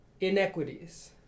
inequities